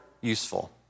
useful